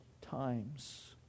times